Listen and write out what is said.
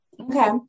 Okay